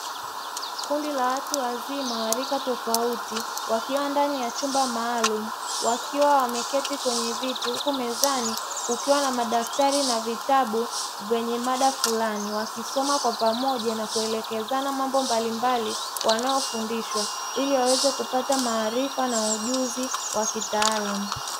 Kundi la watu wazima wa rika tofauti wakiwa ndani ya chumba maalumu, wakiwa wameketi kwenye viti. Huku mezani kukiwa na madaftari na vitabu vyenye mada fulani wakisoma kwa pamoja na kuelekezana mambo mbalimbali wanaofundishwa, ili waweze kupata maarifa na ujuzi wa kitaalamu.